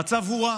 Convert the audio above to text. המצב הורע.